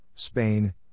Spain